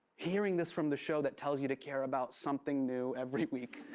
hearing this from the show that tells you to care about something new every week.